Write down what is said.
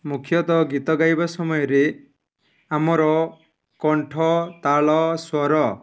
ମୁଖ୍ୟତଃ ଗୀତ ଗାଇବା ସମୟରେ ଆମର କଣ୍ଠ ତାଳ ସ୍ୱର